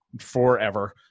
forever